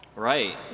Right